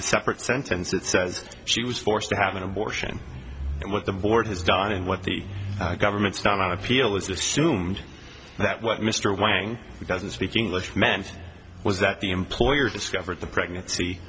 a separate sentence it says she was forced to have an abortion and what the board has done and what the government's not on appeal is assumed that what mr wang doesn't speak english meant was that the employer discovered the pregnancy